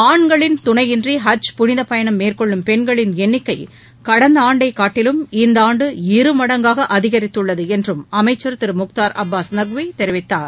ஆண்களின் துணையின்றி ஹஜ் புனித பயணம் மேற்கொள்ளும் பெண்களின் எண்ணிக்கை கடந்த ஆண்டை காட்டிலும் இந்த ஆண்டு இருமடங்காக அதிகரித்துள்ளது என்றும் அமைச்சர் திரு முக்தார் அபாஸ் நக்வி தெரிவித்தார்